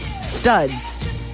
studs